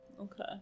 okay